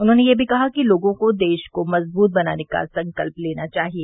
उन्होंने यह भी कहा कि लोगों को देश को मजबूत बनाने का संकल्प लेना चाहिए